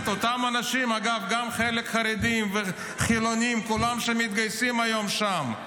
גינינו, וגינינו, גינינו,